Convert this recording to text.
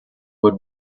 would